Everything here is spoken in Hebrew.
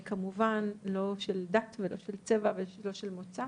כמובן לא של דת ולא של צבע ולא של מוצא